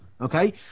Okay